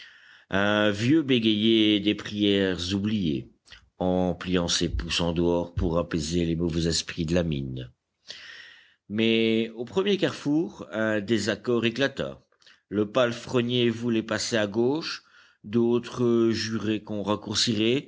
un vieux bégayait des prières oubliées en pliant ses pouces en dehors pour apaiser les mauvais esprits de la mine mais au premier carrefour un désaccord éclata le palefrenier voulait passer à gauche d'autres juraient qu'on raccourcirait